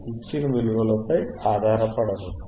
ఇచ్చిన విలువలపై ఆధారపడవద్దు